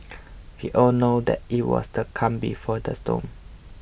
we all knew that it was the calm before the storm